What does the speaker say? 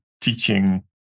teaching